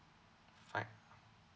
fine